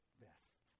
best